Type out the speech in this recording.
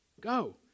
go